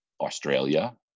Australia